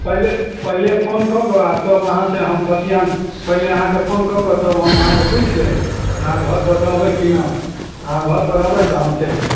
पहिले पहिले फोन कऽ कऽ आयब तब अहाँ से हम बतियाएब पहिले अहाँके फोन कऽ कऽ तब हम अहाँकेँ पुछि लेब जे अहाँ घर पर रहबै कि नहि अहाँ घर पर रहबै तऽ हम चैलि आयब